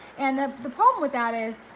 and the the problem with that is,